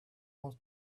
want